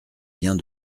vient